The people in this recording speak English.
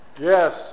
Yes